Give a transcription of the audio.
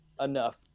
enough